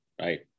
right